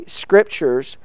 scriptures